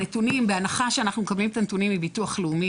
בהנחה שאנחנו מקבלים את הנתונים מביטוח לאומי